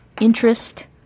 interest